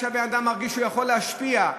מפני שהבן-אדם מרגיש שהוא יכול להשפיע.